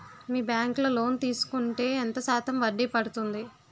మీ bank లో loan తీసుకుంటే ఎంత శాతం వడ్డీ పడ్తుంది?